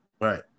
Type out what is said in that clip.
Right